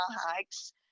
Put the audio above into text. hikes